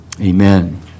Amen